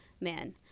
men